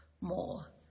more